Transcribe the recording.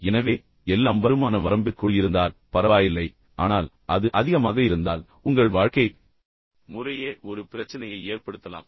எனவே எல்லாம் வருமான வரம்பிற்குள் இருந்தால் பரவாயில்லை ஆனால் அது அதிகமாக இருந்தால் உங்கள் வாழ்க்கை முறையே ஒரு பிரச்சனையை ஏற்படுத்தலாம்